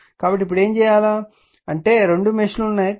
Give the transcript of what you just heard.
కాబట్టి ఇప్పుడు ఏమి చేయాలి అంటే రెండు మెష్ లు ఉన్నాయి